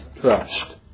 trust